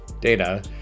data